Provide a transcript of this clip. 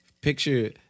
picture